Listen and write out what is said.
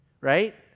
right